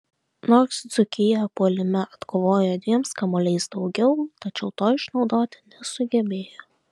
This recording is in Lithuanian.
nors dzūkija puolime atkovojo dviems kamuoliais daugiau tačiau to išnaudoti nesugebėjo